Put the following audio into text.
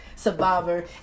Survivor